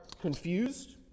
confused